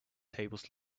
tables